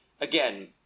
again